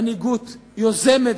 מנהיגות יוזמת,